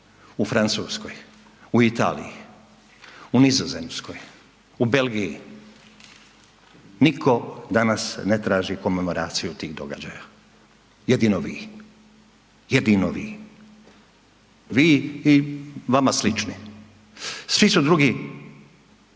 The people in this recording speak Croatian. u Francuskoj, u Italiji, u Nizozemskoj, u Belgiji, niko danas ne traži komemoraciju tih događaja, jedino vi, jedino vi. Vi i vama slični. Svi su drugi